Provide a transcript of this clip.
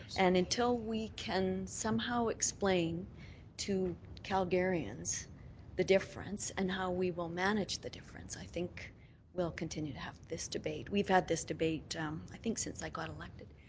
and until we can somehow explain to calgarians the difference and how we will manage the difference, i think we'll continue to have this debate. we've had this debate i think since i got elected.